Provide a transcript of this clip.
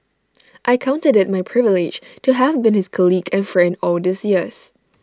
I counted IT my privilege to have been his colleague and friend all these years